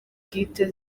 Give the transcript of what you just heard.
bwite